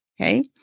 Okay